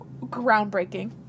Groundbreaking